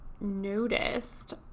noticed